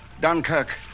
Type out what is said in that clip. Dunkirk